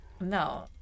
no